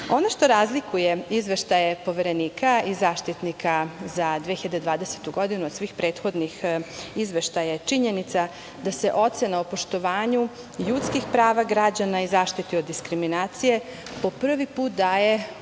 što razlikuje izveštaje Poverenika i Zaštitnika za 2020. godinu od svih prethodnih izveštaja je činjenica da se ocena o poštovanju ljudskih prava građana i zaštiti od diskriminacije po prvi put daje u